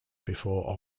before